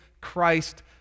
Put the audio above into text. Christ